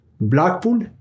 Blackpool